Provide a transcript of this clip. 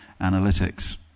analytics